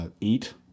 eat